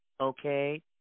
okay